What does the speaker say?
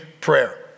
prayer